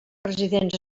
residents